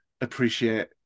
appreciate